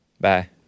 Bye